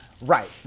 Right